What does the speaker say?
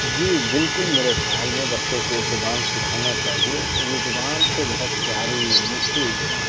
جی بالکل میرے خیال میں بچوں کو یہ زبان سکھانا چاہیے یہ زبان تو بہت پیاری میٹھی زبان ہے